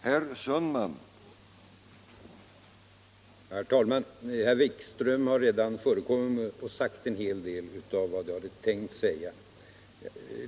Herr talman! Herr Wikström har redan sagt en hel del av vad jag hade tänkt säga.